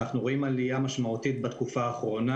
ואנחנו רואים עלייה משמעותית בתקופה האחרונה,